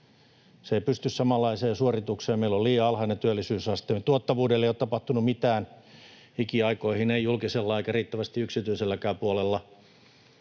Se ei pysty samanlaiseen suoritukseen. Meillä on liian alhainen työllisyysaste. Tuottavuudelle ei ole tapahtunut mitään ikiaikoihin, ei julkisella eikä riittävästi yksityiselläkään puolella.